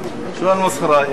אריאל, עברה בקריאה